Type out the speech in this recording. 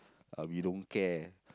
uh we don't care